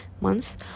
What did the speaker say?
months